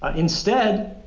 um instead,